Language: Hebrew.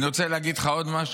אני רוצה להגיד לך עוד משהו,